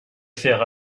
faire